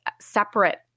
separate